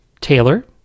Taylor